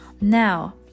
now